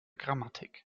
grammatik